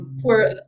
poor